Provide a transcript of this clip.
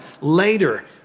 later